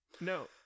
no